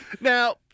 now